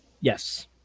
Yes